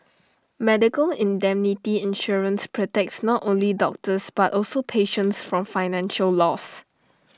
medical indemnity insurance protects not only doctors but also patients from financial loss